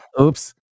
Oops